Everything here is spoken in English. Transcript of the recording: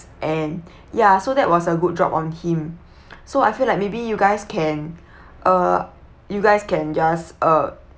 and ya so that was a good job on him so I feel like maybe you guys can uh you guys can just ugh